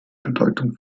bedeutung